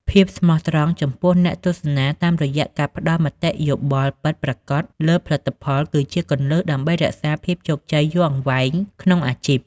ភាពស្មោះត្រង់ចំពោះអ្នកទស្សនាតាមរយៈការផ្តល់មតិយោបល់ពិតប្រាកដលើផលិតផល គឺជាគន្លឹះដើម្បីរក្សាភាពជោគជ័យយូរអង្វែងក្នុងអាជីព។